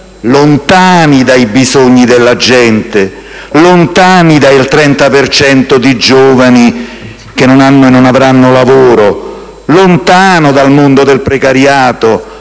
lontani dai bisogni della gente, lontani dal 30 per cento di giovani che non hanno e non avranno lavoro, lontani dal mondo del precariato,